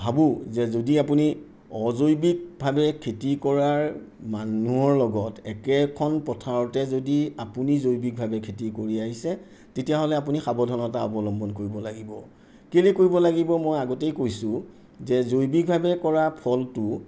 ভাবোঁ যে যদি আপুনি অজৈৱিকভাৱে খেতি কৰা মানুহৰ লগত একেখন পথাৰতে যদি আপুনি জৈৱিকভাৱে খেতি কৰি আহিছে তেতিয়াহ'লে আপুনি সাৱধানতা অৱলম্বন কৰিব লাগিব কেলেই কৰিব লাগিব মই আগতেই কৈছোঁ যে জৈৱিকভাৱে কৰা ফলটো